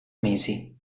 mesi